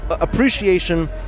appreciation